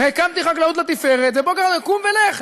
והקמתי חקלאות לתפארת, ובוקר אחד: קום ולך.